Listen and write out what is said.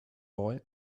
boy